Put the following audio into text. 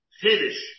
finish